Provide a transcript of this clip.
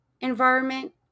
environment